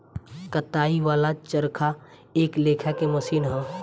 कताई वाला चरखा एक लेखा के मशीन ह